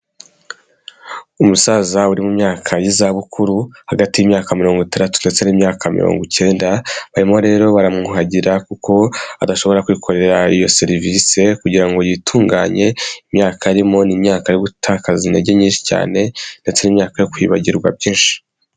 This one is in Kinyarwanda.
Umusaza uri mu myaka y'izabukuru, hagati y'imyaka mirongo itandatu ndetse n'imyaka mirongo icyenda, barimo rero baramwuhagira, kuko adashobora kwikorera iyo serivise kugira ngo yitunganye, imyaka arimo ni imyaka yo gutakaza intege nyinshi cyane, ndetse n'imyaka yo kwibagirwa byinshi.